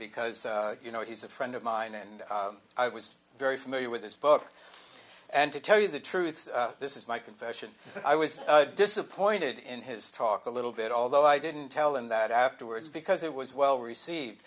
because you know he's a friend of mine and i was very familiar with this book and to tell you the truth this is my confession i was disappointed in his talk a little bit although i didn't tell him that afterwards because it was well received